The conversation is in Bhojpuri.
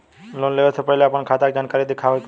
लोन लेवे से पहिले अपने खाता के जानकारी दिखावे के होई?